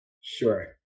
Sure